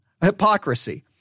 hypocrisy